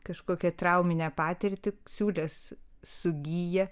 kažkokią trauminę patirtį siūlės sugyja